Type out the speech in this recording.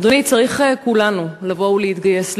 אדוני, על כולנו לבוא ולהתגייס.